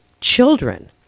children